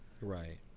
Right